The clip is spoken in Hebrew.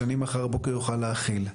שאני מחר בבוקר אוכל להחיל.